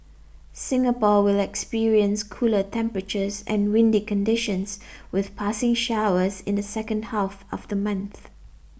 Singapore will experience cooler temperatures and windy conditions with passing showers in the second half of the month